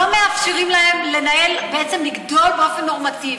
לא מאפשרים להם לנהל או בעצם לגדול באופן נורמטיבי,